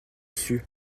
sue